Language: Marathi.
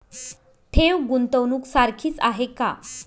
ठेव, गुंतवणूक सारखीच आहे का?